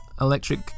electric